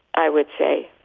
i would say.